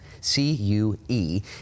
C-U-E